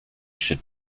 should